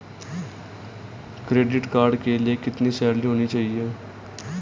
Credit card के लिए कितनी सैलरी होनी चाहिए?